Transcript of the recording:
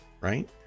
right